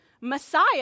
Messiah